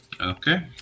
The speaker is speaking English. Okay